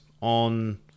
on